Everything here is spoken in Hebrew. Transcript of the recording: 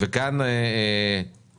כאן אני